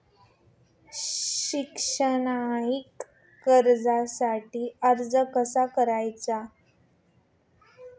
शैक्षणिक कर्जासाठी अर्ज कसा करायचा?